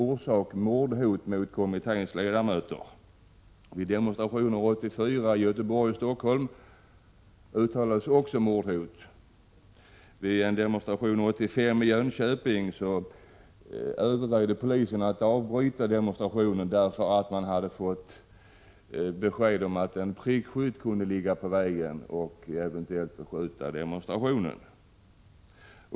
Orsak: mordhot mot kommitténs ledamöter. Vid demonstrationer 1984 i Göteborg och Stockholm uttalades också mordhot. 61 Vid en demonstration 1985 i Jönköping övervägde polisen att avbryta demonstrationen, därför att man hade fått besked om att en prickskytt kunde finnas vid vägen för att eventuellt skjuta mot demonstrationståget.